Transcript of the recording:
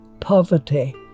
poverty